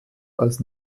als